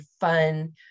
fun